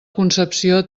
concepció